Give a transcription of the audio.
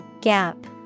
Gap